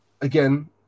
again